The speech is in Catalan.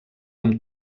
amb